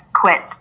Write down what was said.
Quit